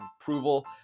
approval